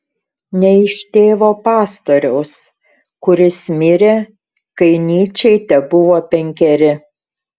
ne iš tėvo pastoriaus kuris mirė kai nyčei tebuvo penkeri